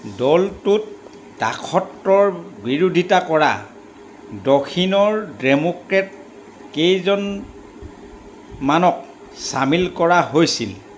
দলটোত দাসত্বৰ বিৰোধিতা কৰা দক্ষিণৰ ডেমোক্ৰেট কেইজনমানক চামিল কৰা হৈছিল